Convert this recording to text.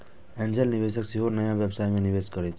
angel निवेशक सेहो नया व्यवसाय मे निवेश करै छै